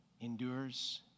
endures